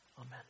Amen